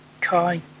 Kai